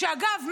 שאגב,